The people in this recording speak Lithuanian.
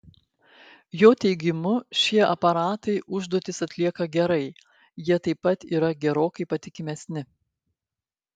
jo teigimu šie aparatai užduotis atlieka gerai jie taip pat yra gerokai patikimesni